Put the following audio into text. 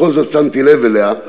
בכל זאת שמתי לב אליה: